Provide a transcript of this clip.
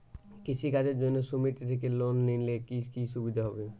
কৃষি কাজের জন্য সুমেতি থেকে লোন নিলে কি কি সুবিধা হবে?